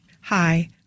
Hi